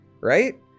right